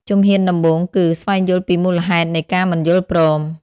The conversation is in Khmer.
ជំហានដំបូងគឺ ស្វែងយល់ពីមូលហេតុនៃការមិនយល់ព្រម។